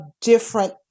different